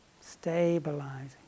stabilizing